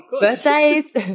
Birthdays